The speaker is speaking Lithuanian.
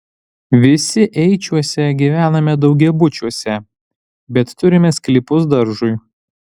visi eičiuose gyvename daugiabučiuose bet turime sklypus daržui